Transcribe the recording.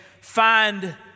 find